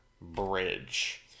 Bridge